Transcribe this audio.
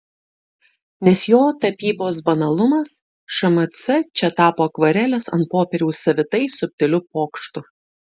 nes jo tapybos banalumas šmc čia tapo akvarelės ant popieriaus savitai subtiliu pokštu